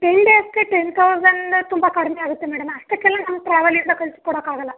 ten ಡೇಸ್ಗೆ ten thousand ತುಂಬ ಕಡಿಮೆ ಆಗುತ್ತೆ ಮೇಡಮ್ ಅಷ್ಟಕ್ಕೆಲ್ಲ ನಮ್ಮ ಟ್ರಾವೆಲಿಂದ ಕಳ್ಸಿಕೊಡಕ್ಕಾಗಲ್ಲ